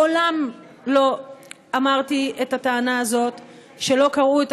מעולם לא אמרתי את הטענה הזאת שלא קראו את